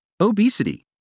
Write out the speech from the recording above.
Obesity